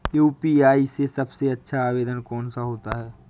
UPI में सबसे अच्छा आवेदन कौन सा होता है?